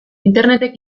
internetek